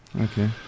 Okay